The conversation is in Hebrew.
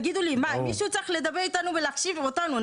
מישהו צריך לדבר איתנו ולהקשיב לנו.